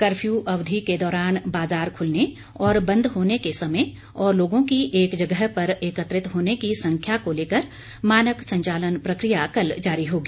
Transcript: curfew अवधि के दौरान बाजार खुलने और बंद होने के समय और लोगों की एक जगह पर एकत्रित होने की संख्या को लेकर मानक संचालन प्रकिया कल जारी होगी